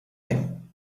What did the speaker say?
time